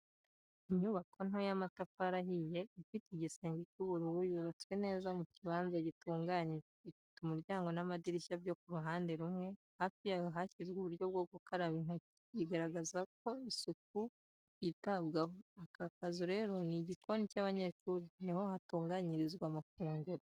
Inyubako nto y’amatafari ahiye, ifite igisenge cy’ubururu, yubatswe neza ku kibanza gitunganyije, ifite umuryango n’amadirishya byo ku ruhande rumwe, Hafi yayo hashyizwe uburyo bwo gukaraba intoki, bigaragaza isuku ko isuku yitabwaho. akakazu rero nigikoni cy'abanyeshuli niho hatunganyirizwa amafunguro.